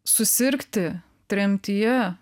susirgti tremtyje